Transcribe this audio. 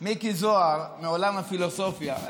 מיקי זוהר, מעולם הפילוסופיה,